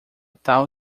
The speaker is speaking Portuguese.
tal